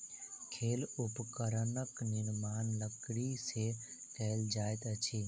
खेल उपकरणक निर्माण लकड़ी से कएल जाइत अछि